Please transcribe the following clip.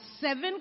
seven